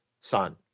son